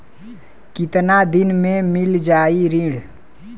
कितना दिन में मील जाई ऋण?